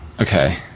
Okay